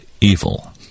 evil